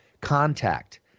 contact